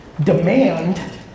Demand